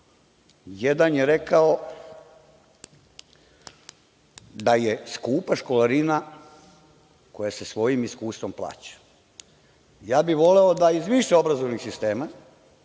je rekao da je skupa školarina koja se svojim iskustvom plaća. Ja bih voleo da iz više obrazovnih sistema